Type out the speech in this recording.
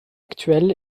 actuel